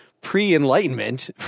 pre-enlightenment